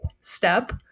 step